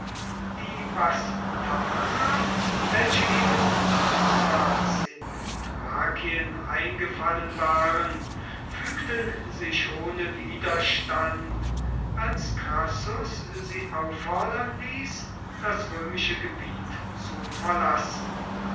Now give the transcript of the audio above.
die bastarner welche eben damals in thrakien eingefallen waren fügten sich ohne widerstand als crassus sie auffordern ließ das römische gebiet zu verlassen